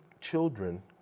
children